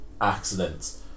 accidents